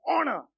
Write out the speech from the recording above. honor